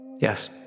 Yes